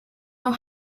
know